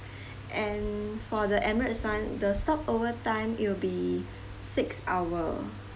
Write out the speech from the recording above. and for the emirate sun the stop over time it will be six hour